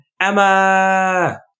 Emma